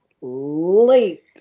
late